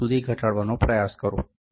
મી સુધી ઘટાડવાનો પ્રયાસ કરું